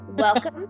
Welcome